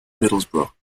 middlesbrough